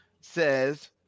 says